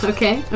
Okay